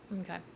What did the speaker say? okay